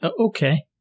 okay